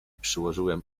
przyłożyłem